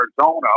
Arizona